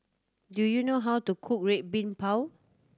do you know how to cook Red Bean Bao